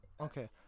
Okay